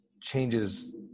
changes